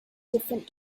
different